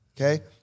Okay